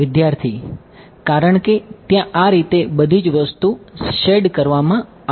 વિદ્યાર્થી કારણ કે ત્યાં આ રીતે બધીજ વસ્તુ શેડ કરવામાં આવશે